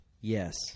Yes